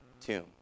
tomb